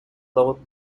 load